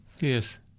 yes